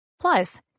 Plus